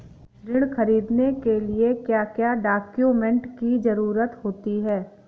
ऋण ख़रीदने के लिए क्या क्या डॉक्यूमेंट की ज़रुरत होती है?